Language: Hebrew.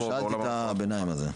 שאלתי את מצב הביניים הזה.